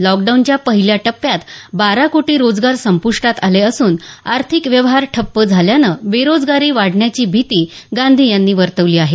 लॉकडाऊनच्या पहिल्या टप्प्यात बारा कोटी रोजगार संप्रृष्टात आले असून आर्थिक व्यवहार ठप्प झाल्यानं बेरोजगारी वाढण्याची भीती गांधी यांनी वर्तवली आहे